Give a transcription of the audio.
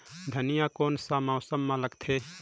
धनिया कोन सा मौसम मां लगथे?